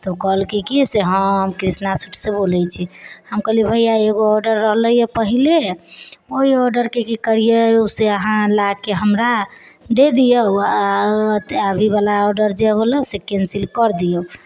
तऽ ओ कहलकै से हँ हम कृष्णा शूट से बोलै छी हम कहलिऐ भैया एगो ऑर्डर रहलैए पहिले ओहि ऑर्डर के की करिऔ से ला के अहाँ हमरा दे दिऔ आ अभी वाला जे ऑर्डर होलो ने ओकरा कैन्सिल कर दिऔ